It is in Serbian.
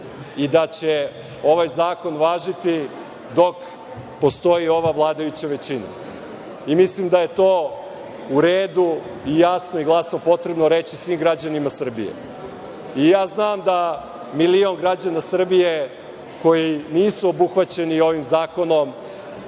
i da će ovaj zakon važiti dok postoji ova vladajuća većina i mislim da je to u redu i jasno i glasno je potrebno reći svim građanima Srbije. Znam da milion građana Srbije, koji nisu obuhvaćeni ovim zakonom,